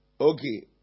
Okay